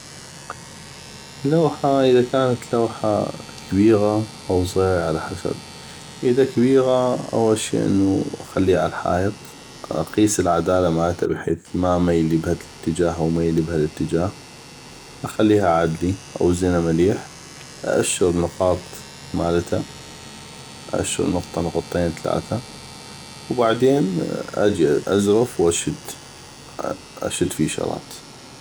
لوحه اذا كانت لوحه كبيغه أو صغيغي على حسب اذا كبيغه أول شي اخليها عالحايط اقيس العداله مالته بحيث ما ميلي بهالاتجاه أو بهالاتجاه اخليها عدلي اوزنه مليح ااشر نقاط مالته ااشر نقطه نقطتين تلاثه وبعدين ابدا ازرف واشد اشد فيشرات